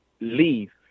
leave